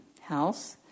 house